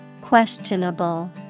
Questionable